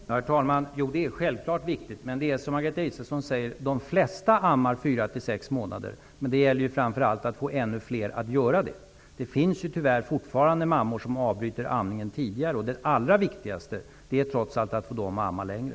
Herr talman! Jo, självklart är det viktigt. Men som Margareta Israelsson säger ammar de flesta mammor fyra till sex månader. Men det gäller framför allt att få ännu flera att göra det. Det finns tyvärr fortfarande mammor som avbryter amningen tidigare. Det allra viktigaste är trots allt att få dessa att amma längre.